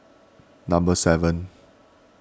number seven